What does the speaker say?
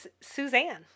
Suzanne